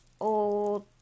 old